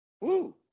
Woo